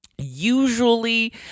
Usually